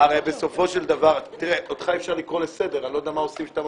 אותך אי-אפשר לקרוא לסדר.